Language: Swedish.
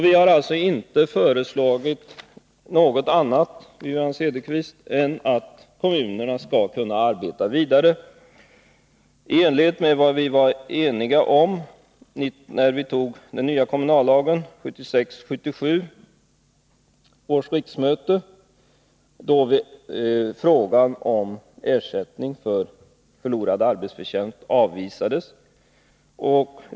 Vi har alltså inte föreslagit något annat, Wivi-Anne Cederqvist, än att kommunerna skall kunna arbeta vidare i enlighet med vad vi var eniga om när vi beslutade om den nya kommunallagen vid 1976/77 års riksmöte, då förslaget om ersättning för förlorad arbetsförtjänst avvisades.